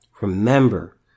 remember